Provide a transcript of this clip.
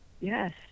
Yes